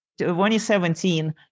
2017